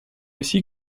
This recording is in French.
aussi